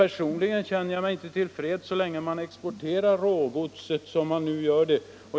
Personligen känner jag mig inte till freds så länge man exporterar rågodset, som man nu gör.